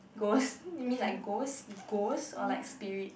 ghost you mean like ghost ghost or like spirits